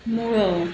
मुळो